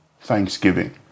thanksgiving